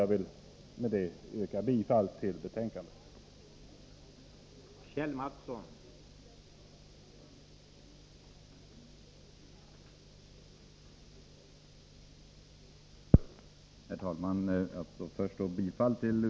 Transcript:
Jag vill med detta yrka bifall till utskottets hemställan.